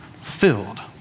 filled